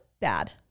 bad